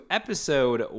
episode